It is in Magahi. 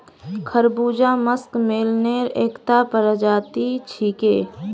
खरबूजा मस्कमेलनेर एकता प्रजाति छिके